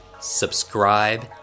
subscribe